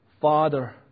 Father